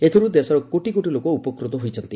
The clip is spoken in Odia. ଏଥିରୁ ଦେଶର କୋଟି କୋଟି ଲୋକ ଉପକୃତ ହୋଇଛନ୍ତି